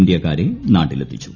ഇന്ത്യക്കാരെ നാട്ടിലെത്തിച്ചു